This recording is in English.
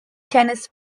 tennis